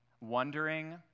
wondering